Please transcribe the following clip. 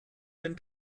den